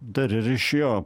dar ir iš jo